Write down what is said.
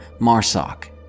MARSOC